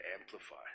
amplify